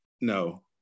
No